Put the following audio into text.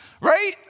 Right